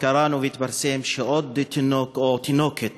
קראנו והתפרסם שעוד תינוק, או, תינוקת